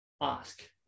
ask